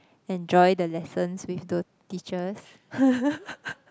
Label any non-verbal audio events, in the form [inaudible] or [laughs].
enjoy the lessons with the teachers [laughs]